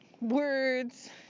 words